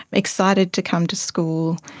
excited to come to school.